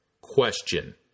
question